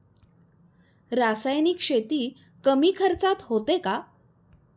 रासायनिक शेती कमी खर्चात होते का?